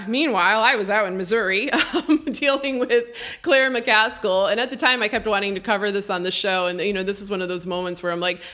meanwhile, i was out in missouri dealing with claire mccaskill. and at the time, i kept wanting to cover this on the show and you know this is one of those moments where i'm like,